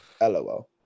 LOL